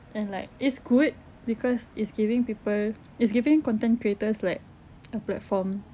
and like it's good because it's giving people it's giving content creators like a platform